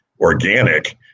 organic